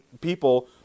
people